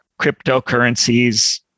cryptocurrencies